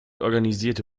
organisierte